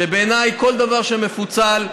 ובעיניי כל דבר שמפוצל,